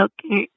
Okay